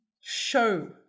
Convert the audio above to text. Show